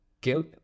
guilt